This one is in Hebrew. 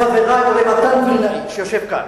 או לחברי, או למתן וילנאי שיושב כאן.